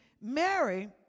Mary